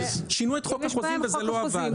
שינו את חוק החוזים וזה לא עבד.